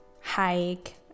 hike